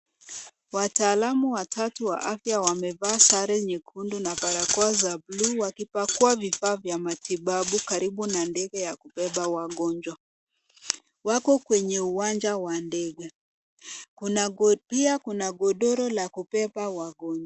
Wataalamu watatu wa afya wamevaa sare nyekundu na barakoa za buluu wakipakua vifaa vya matibabu karibu na ndege ya kubeba wagonjwa. Wako kwenye uwanja wa ndege. Pia kuna godoro la kubeba wagonjwa.